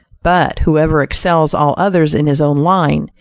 but whoever excels all others in his own line,